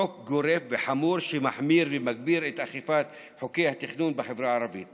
חוק גורף וחמור שמחמיר ומגביר את אכיפת חוקי התכנון בחברה הערבית